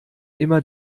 immer